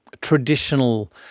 traditional